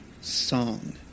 song